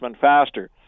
faster